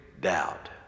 doubt